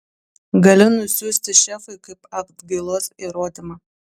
gali nusiųsti šefui kaip atgailos įrodymą